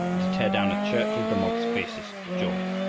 and to tear down a church was the mob's fiercest joy.